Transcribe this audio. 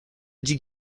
did